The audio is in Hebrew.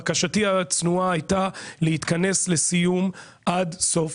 בקשתי הצנועה הייתה להתכנס לסיום עד סוף